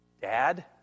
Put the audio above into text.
Dad